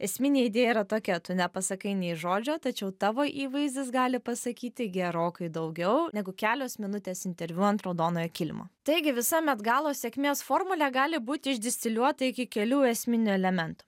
esminė idėja yra tokia tu nepasakai nei žodžio tačiau tavo įvaizdis gali pasakyti gerokai daugiau negu kelios minutės interviu ant raudonojo kilimo taigi visa met galos sėkmės formulė gali būti išdistiliuota iki kelių esminių elementų